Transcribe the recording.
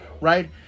right